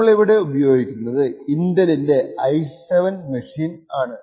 നമ്മൾ ഇവിടെ ഉപയോഗിക്കുന്നത് ഇന്റലിന്റെ i7 മെഷീൻ ആണ്